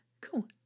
Cool